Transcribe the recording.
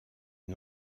une